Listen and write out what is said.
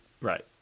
right